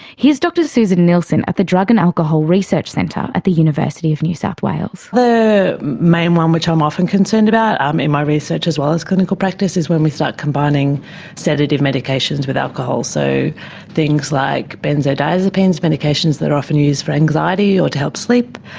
here's dr suzanne nielsen at the drug and alcohol research centre at the university of new south wales. the main one which i'm often concerned about in my research as well as clinical practice is when we start combining sedative medications with alcohol. so things like benzodiazepines, medications that are often used for anxiety or to help sleep,